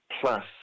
plus